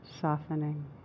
softening